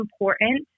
important